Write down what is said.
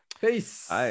Peace